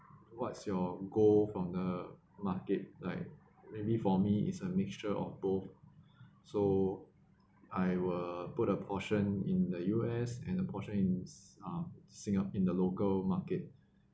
what's your goal from the market like maybe for me is a mixture of both so I will put a portion in the U_S and a portion in s~ uh singa~ in the local market